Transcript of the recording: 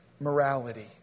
morality